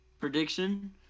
prediction